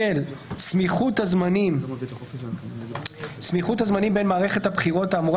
בשל סמיכות הזמנים בין מערכת הבחירות האמורה